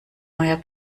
neuer